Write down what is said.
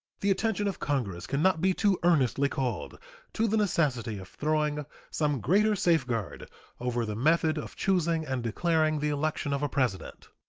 the attention of congress can not be too earnestly called to the necessity of throwing some greater safeguard over the method of choosing and declaring the election of a president.